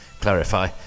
clarify